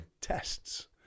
tests